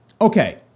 okay